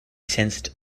sensed